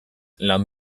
lan